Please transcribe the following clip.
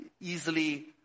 easily